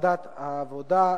לוועדת העבודה,